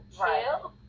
right